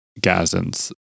Gazans